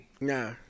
Nah